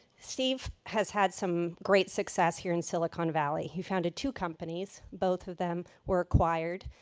steve has had some great success here in silicon valley. he founded two companies, both of them were acquired,